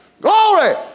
Glory